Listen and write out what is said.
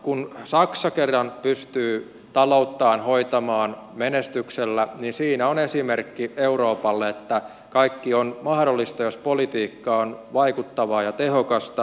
kun saksa kerran pystyy talouttaan hoitamaan menestyksellä niin siinä on esimerkki euroopalle että kaikki on mahdollista jos politiikka on vaikuttavaa ja tehokasta